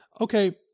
Okay